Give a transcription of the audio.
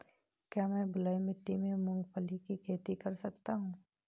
क्या मैं बलुई मिट्टी में मूंगफली की खेती कर सकता हूँ?